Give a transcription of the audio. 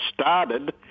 started